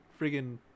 friggin